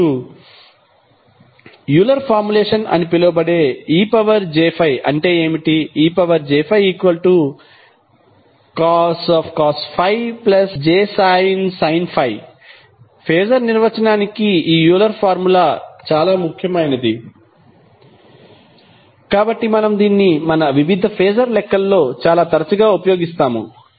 ఇప్పుడు Euler formulation అని పిలువబడేej∅ అంటే ఏమిటి ej∅cos ∅ jsin ∅ ఫేజర్ నిర్వచనానికి ఈ యూలర్ ఫార్ములా చాలా ముఖ్యమైనది కాబట్టి మనము దీన్ని మన వివిధ ఫేజర్ లెక్కల్లో చాలా తరచుగా ఉపయోగిస్తాము